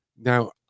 Now